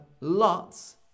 lots